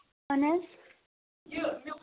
اَہَن حظ